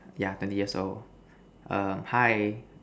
yeah thirty years old err hi